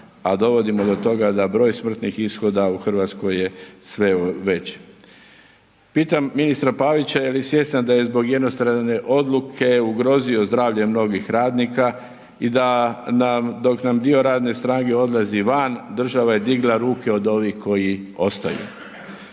a dovodimo do toga da broj smrtnih ishoda u Hrvatskoj je sve veći. Pitam ministra Pavića je li svjestan da je zbog jednostrane odluke ugrozio zdravlje mnogih radnika i da nam dok nam dio radne snage odlazi van, država je digla ruke od ovih koji ostaju.